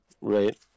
right